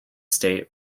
state